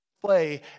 play